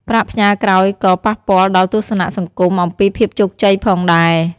ប្រាក់ផ្ញើក្រោយក៏ប៉ះពាល់ដល់ទស្សនៈសង្គមអំពីភាពជោគជ័យផងដែរ។